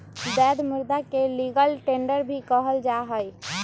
वैध मुदा के लीगल टेंडर भी कहल जाहई